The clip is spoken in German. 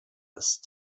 ist